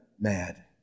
mad